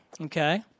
Okay